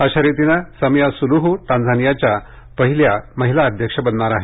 अशा रितीने Samia Suluhu टांझानियाच्या पहिल्या महिला अध्यक्ष बनणार आहेत